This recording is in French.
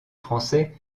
français